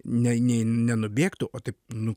nenubėgtų o taip nu